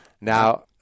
Now